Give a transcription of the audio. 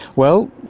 well,